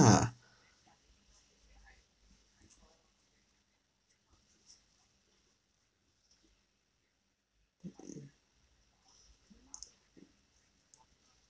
mm mm